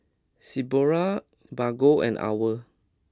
Sephora Bargo and Owl